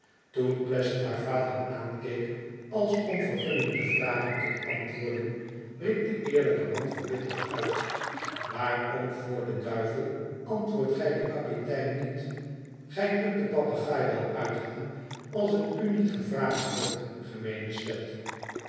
toen pleasant haar vader aankeek als om vergunning te vragen tot antwoorden riep de eerlijke man verbitterd uit waarom voor den duivel antwoordt gij den kapitein niet gij kunt de papegaai wel uithangen als het u niet gevraagd wordt gemeene slet